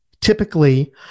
typically